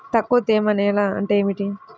తక్కువ తేమ నేల అంటే ఏమిటి?